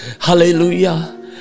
Hallelujah